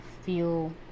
feel